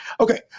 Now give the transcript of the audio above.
okay